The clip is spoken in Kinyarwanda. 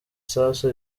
isasu